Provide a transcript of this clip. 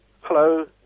Hello